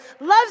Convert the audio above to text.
loves